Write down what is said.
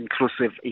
inclusive